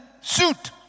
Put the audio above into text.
suit